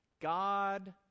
God